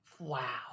wow